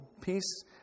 peace